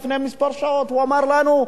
לפני כמה שעות אמר לנו,